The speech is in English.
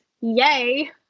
yay